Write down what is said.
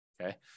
Okay